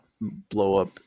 blow-up